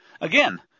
Again